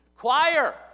choir